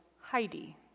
Heidi